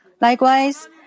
Likewise